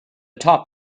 top